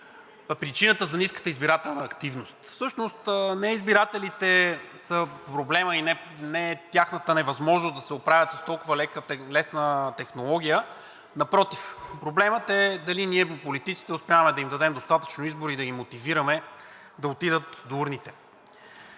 причината за ниската избирателна активност. Всъщност не избирателите са проблемът и не е тяхната невъзможност да се оправят с толкова лесна технология, напротив. Проблемът е дали ние политиците успяваме да им дадем достатъчно избор и да ги мотивираме да отидат до урните.